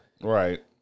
right